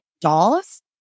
dolls